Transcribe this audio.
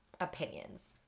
opinions